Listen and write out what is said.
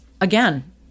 again